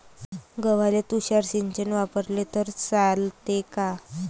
गव्हाले तुषार सिंचन वापरले तर चालते का?